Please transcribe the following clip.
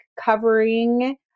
covering